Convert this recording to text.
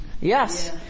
Yes